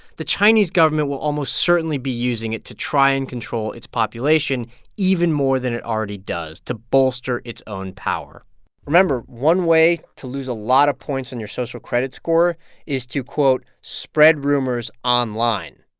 the chinese government will almost certainly be using it to try and control its population even more than it already does to bolster its own power remember, one way to lose a lot of points in your social credit score is to, quote, spread rumors online.